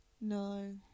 No